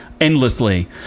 Endlessly